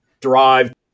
drive